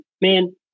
man